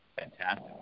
Fantastic